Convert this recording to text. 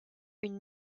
une